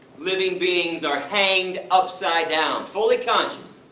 living beings are hanged upside down, fully conscious.